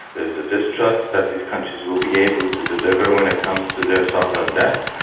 there's a distrust that these countries will be able to deliver when it comes to their sovereign debt,